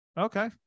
Okay